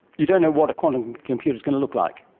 you don't know what a quantum computer is going to look like.